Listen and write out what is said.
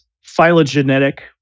phylogenetic